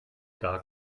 gar